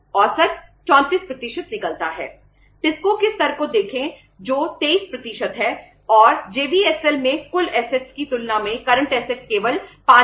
औसत 34 निकलता है